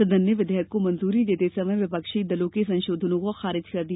सदन ने विधेयक को मंजूरी देते समय विपक्षी दलों के संशोधनों को खारिज कर दिया